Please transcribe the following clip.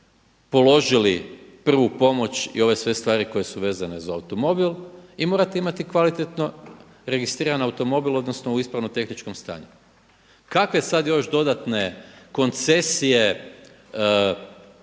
položili prvu pomoć i ove sve stvari koje su vezane za automobil i morate imati kvalitetno registriran automobil, odnosno u ispravnom tehničkom stanju. Kakve sad još dodatne koncesije,